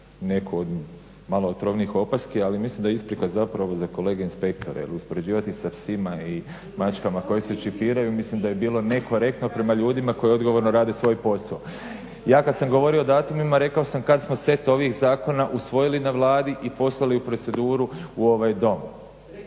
neku od malo otrovnijih opaski, ali mislim da isprika zapravo za kolege inspektore jer uspoređivati sa psima i mačkama koji se čipiraju, mislim da je bilo nekorektno prema ljudima koji odgovorno rade svoj posao. Ja kad sam govorio o datumima rekao sam kad smo set ovih zakona usvojili na Vladi i poslali u proceduru u ovaj Dom.